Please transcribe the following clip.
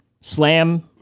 slam